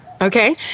Okay